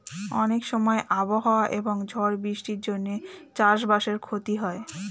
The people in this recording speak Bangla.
অনেক সময় আবহাওয়া এবং ঝড় বৃষ্টির জন্যে চাষ বাসের ক্ষতি হয়